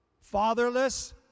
fatherless